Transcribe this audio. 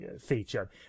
feature